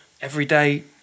everyday